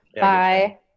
Bye